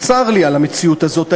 צר לי על המציאות הזאת.